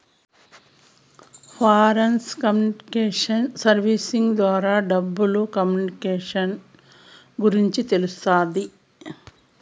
foreign exchange services ద్వారా డబ్బులు communications గురించి తెలుస్తాది